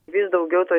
vis daugiau to